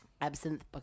Absinthe